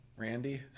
Randy